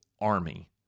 army